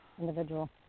individual